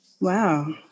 Wow